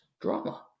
drama